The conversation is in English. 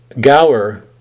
Gower